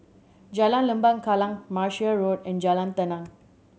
Jalan Lembah Kallang Martia Road and Jalan Tenang